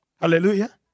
Hallelujah